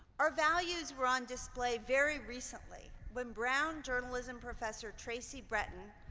our values were on display very recently, when brown journalism professor tracy breton,